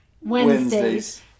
Wednesdays